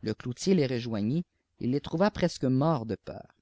le cloutier les rejoignit il les trouva presque morts de peur